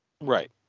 Right